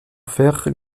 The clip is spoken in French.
faire